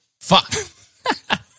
Fuck